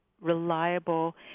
reliable